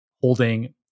holding